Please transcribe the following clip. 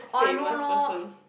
famous person